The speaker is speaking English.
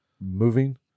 moving